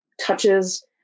touches